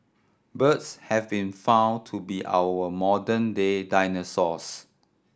birds have been found to be our modern day dinosaurs